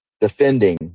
defending